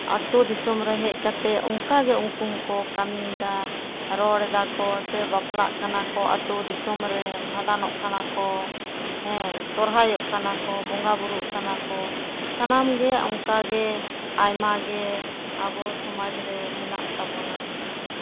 ᱟᱛᱳ ᱫᱤᱥᱚᱢ ᱨᱮ ᱦᱮᱡ ᱠᱟᱛᱮᱜ ᱚᱱᱠᱟᱜᱮ ᱩᱱᱠᱩ ᱦᱚᱸᱠᱚ ᱠᱟᱹᱢᱤᱭᱫᱟ ᱨᱚᱲ ᱫᱟᱠᱚ ᱥᱮᱠᱚ ᱵᱟᱯᱞᱟᱜ ᱠᱟᱱᱟ ᱠᱚ ᱟᱹᱛᱩ ᱫᱤᱥᱚᱢ ᱨᱮ ᱵᱷᱟᱸᱰᱟᱱᱚᱜ ᱠᱟᱱᱟ ᱠᱚ ᱦᱮᱸ ᱥᱚᱦᱨᱟᱭᱚᱜ ᱠᱟᱱᱟ ᱠᱚ ᱵᱚᱸᱜᱟᱼᱵᱩᱨᱩᱜ ᱠᱟᱱᱟ ᱠᱚ ᱥᱟᱱᱟᱢ ᱜᱮ ᱚᱱᱠᱟᱜᱮ ᱟᱭᱢᱟ ᱜᱮ ᱟᱵᱚ ᱥᱚᱢᱟᱡᱽ ᱨᱮ ᱢᱮᱱᱟᱜ ᱛᱟᱵᱚᱱᱟ